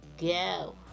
Go